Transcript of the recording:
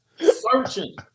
Searching